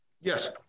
Yes